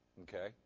Okay